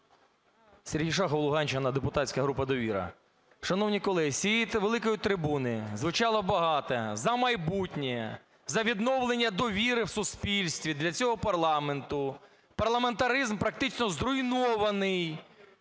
Сергій Шахов, Луганщина, депутатська група "Довіра". Шановні колеги, з цієї великої трибуни звучало багато. За майбутнє, за відновлення довіри в суспільстві до цього парламенту, парламентаризм практично зруйнований,